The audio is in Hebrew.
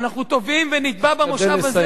אנחנו תובעים, ונתבע במושב הזה,